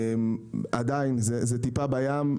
עדיין זה טיפה בים.